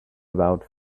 about